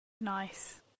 Nice